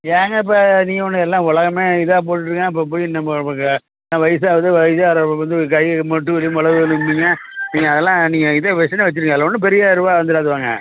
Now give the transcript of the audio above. ஏங்க இப்போ நீங்கள் ஒன்று எல்லா உலகமே இதான் போட்டுட்டுருக்கான் இப்போ போய் நம்ம வயிசாகுது வயிசாகிறப்ப வந்து கை மூட்டு வலி மொழங்கு வலிம்பீங்க நீங்கள் அதெல்லாம் நீங்கள் இதே வெஸ்டர்னே வைச்சிடுங்க அதில் ஒன்றும் பெரிய ரூபா வந்துடாது வாங்க